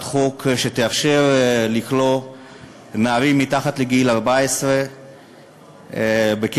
חוק שתאפשר לכלוא נערים מתחת לגיל 14 בכלא,